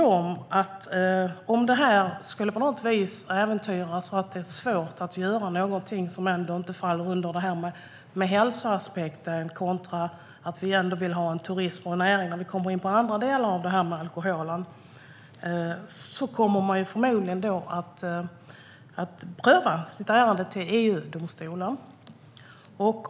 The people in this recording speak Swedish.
Om detta skulle äventyras och det hela kommer att stå mellan hälsoaspekten kontra turismen och näringen kommer man förmodligen att vilja få ärendet prövat i EU-domstolen.